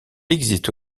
existe